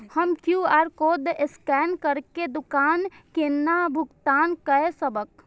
हम QR code scan करके दुकान केना भुगतान काय सकब?